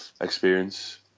experience